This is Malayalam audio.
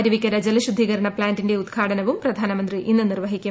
അരുവിക്കര ജലശുദ്ധീകരണ പ്ലാന്റിന്റെ ഉദ്ഘാടനവും പ്രധാനമന്ത്രി ഇന്ന് നിർവ്വഹിക്കും